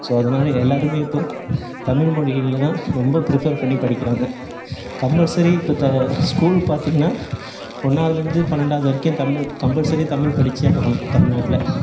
so அதனால எல்லாேருமே இப்போது தமிழ்மொழியில் தான் ரொம்ப ப்ரிஃபர் பண்ணி படிக்கிறாங்க கம்பல்சரி இப்போ த ஸ்கூல் பார்த்தீங்னா ஒன்றாவுதுலந்து பன்னெண்டாவது வரைக்கும் தமிழ் கம்பல்சரி தமிழ் படித்தே ஆகணும் தமிழ்நாட்டில்